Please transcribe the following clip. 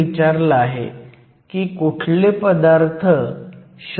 तर तुम्ही इनर्जी बँडचे आकृती स्वतंत्रपणे काढले आहेत